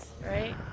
right